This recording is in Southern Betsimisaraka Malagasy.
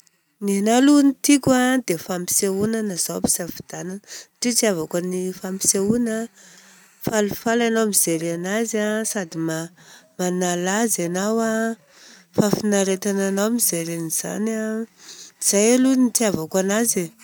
Nenaha aloha ny tiako a, dia fampisehoana na izaho ampisafidianana. Satria hitiavako ny fampisehoana falifaly anao mijery anazy a, sady manala azy anao a, fafinaretana anao mijery an'izany a. Izay aloha no hitiavako anazy e.